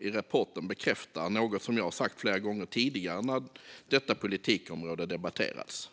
I rapporten bekräftar man något jag har sagt flera gånger tidigare när detta politikområde har debatterats,